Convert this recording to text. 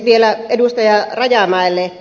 vielä edustaja rajamäelle